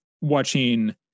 watching